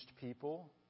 people